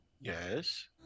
Yes